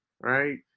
right